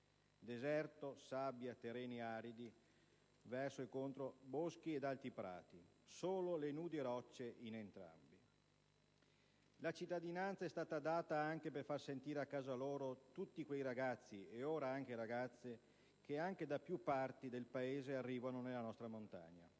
deserto, sabbia, terreni aridi a fronte di boschi ed alti prati. Solo le nude rocce in entrambi. La cittadinanza è stata data anche per far sentire a casa loro tutti quei ragazzi, ed ora anche ragazze, che da più parti del Paese arrivano nella nostra montagna.